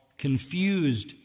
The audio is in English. confused